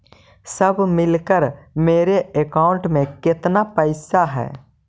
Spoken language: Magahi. सब मिलकर मेरे अकाउंट में केतना पैसा है?